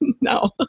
no